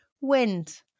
Wind